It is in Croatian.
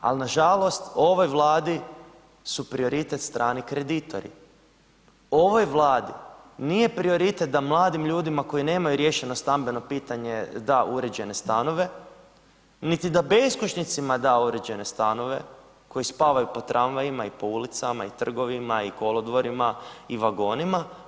Ali nažalost ovoj Vladi su prioritet strani kreditori, ovoj Vladi nije prioritet da mladim ljudima koji nemaju riješeno stambeno pitanje da uređene stanove niti da beskućnicima da uređene stanove koji spavaju po tramvajima i po ulicama i trgovima i kolodvorima i vagonima.